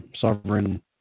Sovereign